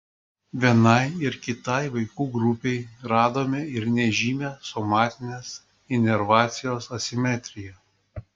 vienai ir kitai vaikų grupei radome ir nežymią somatinės inervacijos asimetriją